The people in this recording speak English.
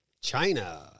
China